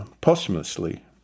posthumously